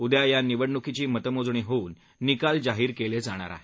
उदया या निवडण्कीची मतमोजणी होऊन निकाल जाहीर केले जातील